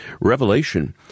Revelation